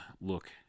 look